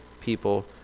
people